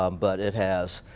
um but it has,